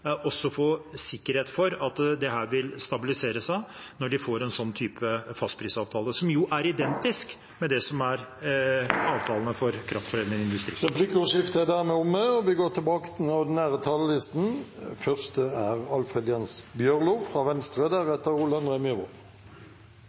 også kan få sikkerhet for at dette vil stabilisere seg når de får en sånn type fastprisavtale, som jo er identisk med det som er avtalene for kraftforedlende industri. Replikkordskiftet er omme.